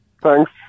Thanks